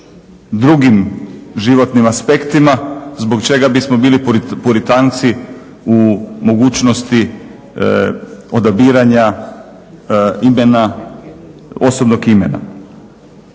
drugim životnim aspektima zbog čega bismo bili puritanci u mogućnosti odabiranja imena, osobnog imena?